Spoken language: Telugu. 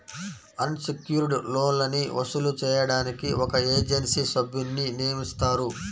అన్ సెక్యుర్డ్ లోన్లని వసూలు చేయడానికి ఒక ఏజెన్సీ సభ్యున్ని నియమిస్తారు